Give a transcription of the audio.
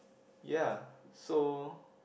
ya so